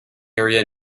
area